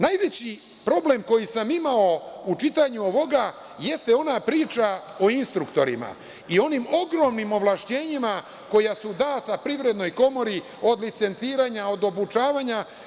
Najveći problem koji sam imao u čitanju ovoga jeste ona priča o instruktorima i onim ogromnim ovlašćenjima koja su data Privrednoj komori, od licenciranja, obučavanja.